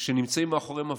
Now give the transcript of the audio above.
שנמצאים מאחוריהן עבריינים,